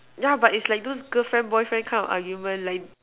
yeah but is like those girlfriend boyfriend kind of argument like